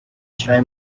shine